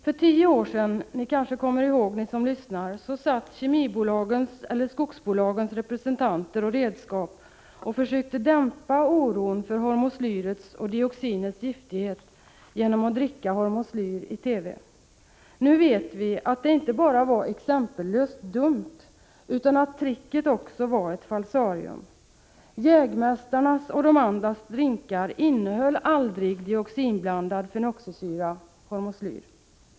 Ni som lyssnar kanske kommer ihåg att kemioch skogsbolagens representanter och redskap för tio år sedan försökte dämpa oron för hormoslyrets och dioxinets giftighet genom att dricka hormoslyr i TV. Nu vet vi att det inte bara var exempellöst dumt utan att tricket också var ett falsarium: jägmästarnas och de andras drinkar innehöll aldrig dioxinblandad fenoxisyra, hormoslyr.